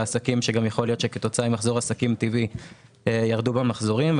עסקים שגם יכול להיות שכתוצאה ממחזור עסקים טבעי ירדו במחזורים.